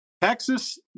Texas